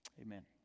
amen